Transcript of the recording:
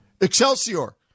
Excelsior